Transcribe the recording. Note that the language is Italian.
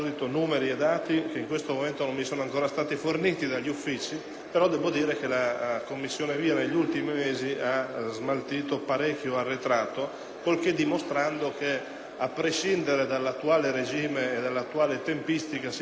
la Commissione VIA, negli ultimi mesi, ha smaltito molto lavoro arretrato, così dimostrando che, a prescindere dall'attuale regime e dall'attuale tempistica, si può anche lavorare.